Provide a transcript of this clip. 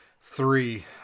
three